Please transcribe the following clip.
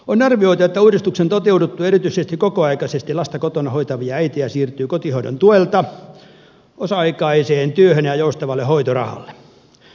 on arvioitu että uudistuksen toteuduttua erityisesti kokoaikaisesti lasta kotona hoitavia äitejä siirtyy kotihoidon tuelta osa aikaiseen työhön ja joustavalle hoitorahalle